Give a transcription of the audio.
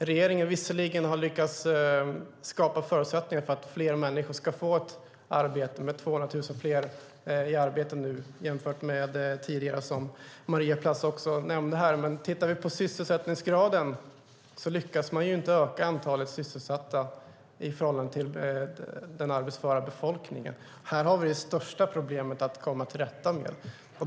Regeringen har visserligen lyckats skapa förutsättningar för att fler människor ska få arbete, med 200 000 fler i arbete nu jämfört med tidigare som Maria Plass nämnde, men tittar vi på sysselsättningsgraden kan vi se att man inte lyckas öka antalet sysselsatta i förhållande till den arbetsföra befolkningen. Här har vi det största problemet att komma till rätta med.